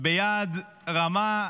ביד רמה.